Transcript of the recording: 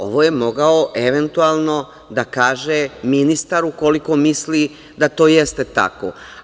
Ovo je mogao, eventualno, da kaže ministar ukoliko misli da to jeste tako.